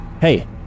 Hey